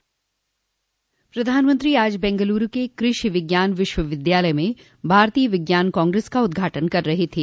प्रधानमंत्री आज बेंगलुरू के कृषि विज्ञान विश्वविद्यालय में भारतीय विज्ञान कांग्रेस का उद्घाटन कर रहे थे